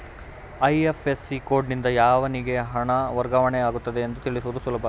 IFSC ಕೋಡ್ನಿಂದ ಯಾವನಿಗೆ ಹಣ ವರ್ಗಾವಣೆ ಆಗುತ್ತಿದೆ ಎಂದು ತಿಳಿಸುವುದು ಸುಲಭ